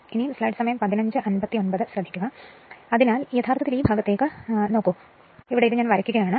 അതിനാൽ യഥാർത്ഥത്തിൽ ഇത് ഈ ഭാഗത്തേക്ക് കൊണ്ടുപോകുന്നു ഞാൻ അതിനെ നന്നായി വരയ്ക്കും കാത്തിരിക്കുക എനിക്ക് ഇത് വീണ്ടും തിരയേണ്ടിവരും